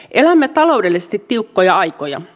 elämme taloudellisesti tiukkoja aikoja